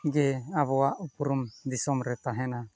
ᱡᱮ ᱟᱵᱚᱣᱟᱜ ᱩᱯᱨᱩᱢ ᱫᱤᱥᱚᱢᱨᱮ ᱛᱟᱦᱮᱱᱟ